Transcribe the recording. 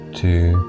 two